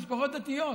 משפחות דתיות,